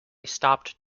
stopped